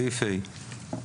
סעיף (ה).